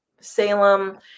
Salem